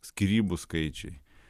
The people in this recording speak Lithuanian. skyrybų skaičiai